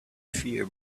fear